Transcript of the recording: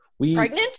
Pregnant